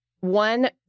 one